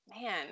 man